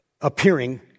appearing